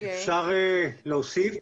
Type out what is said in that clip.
אפשר להוסיף?